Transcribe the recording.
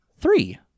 three